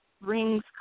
rings